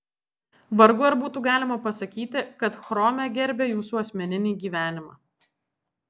vargu ar būtų galima pasakyti kad chrome gerbia jūsų asmeninį gyvenimą